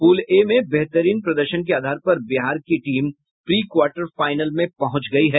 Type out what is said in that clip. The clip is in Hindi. पुल ए में बेहतरीन प्रदर्शन के आधार पर बिहार की टीम प्री क्वार्टर फाइनल में पहुंच गयी है